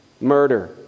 murder